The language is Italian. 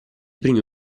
primi